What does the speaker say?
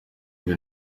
ibi